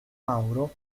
mauro